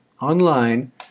online